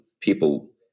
people